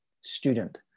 student